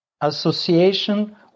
association